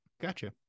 Gotcha